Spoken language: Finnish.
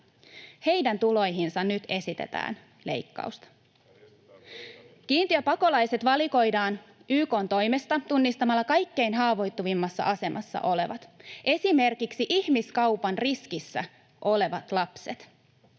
Heidän tuloihinsa nyt esitetään leikkausta. Kiintiöpakolaiset valikoidaan YK:n toimesta tunnistamalla kaikkein haavoittuvimmassa asemassa olevat, esimerkiksi ihmiskaupan riskissä olevat lapset.